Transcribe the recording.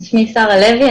שמי שרה לוי,